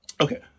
Okay